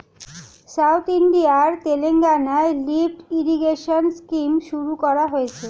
south ইন্ডিয়ার তেলেঙ্গানায় lift irrigation scheme শুরু করা হয়েছে